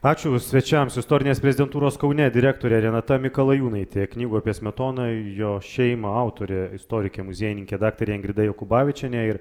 ačiū svečiams istorinės prezidentūros kaune direktorė renata mikalajūnaitė knygų apie smetoną jo šeimą autorė istorikė muziejininkė daktarė ingrida jokubavičienė ir